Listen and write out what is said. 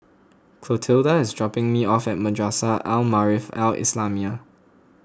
Clotilda is dropping me off at Madrasah Al Maarif Al Islamiah